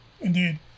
Indeed